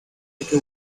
like